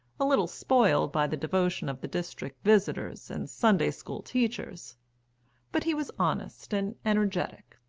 a little spoiled by the devotion of the district visitors and sunday school teachers but he was honest and energetic,